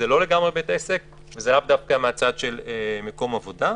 זה לא לגמרי בית עסק וזה לאו דווקא מהצד של מקום עבודה.